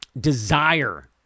desire